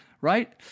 Right